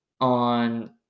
on